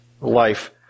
life